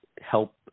help